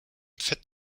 fett